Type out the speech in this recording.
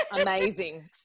Amazing